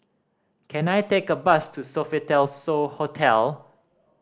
can I take a bus to Sofitel So Hotel